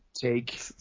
Take